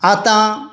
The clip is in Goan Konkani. आतां